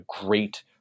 great